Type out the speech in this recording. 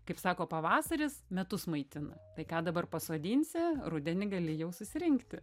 kaip sako pavasaris metus maitina tai ką dabar pasodinsi rudenį gali jau susirinkti